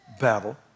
battle